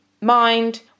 mind